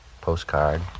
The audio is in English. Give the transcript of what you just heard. postcard